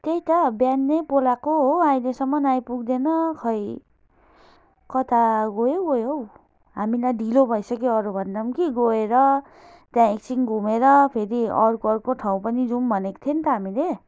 त्यही त बिहानै बोलाएको हो अहिलेसम्म आइपुग्दैन खोइ कता गयो गयो हौ हामीलाई ढिलो भइसक्यो अरू भन्दा पनि कि गएर त्यहाँ एकछिन घुमेर फेरि अर्को अर्को ठाउँ पनि जाउँ भनेको थियौँ नि त हामीले